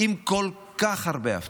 עם כל כך הרבה הבטחות,